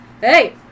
Hey